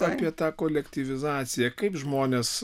apie tą kolektyvizaciją kaip žmonės